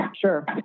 Sure